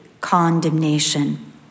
condemnation